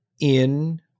in-